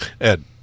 Ed